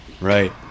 right